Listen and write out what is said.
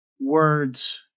words